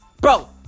bro